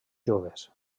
joves